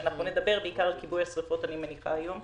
שאנחנו נדבר בעיקר על כיבוי השריפות היום,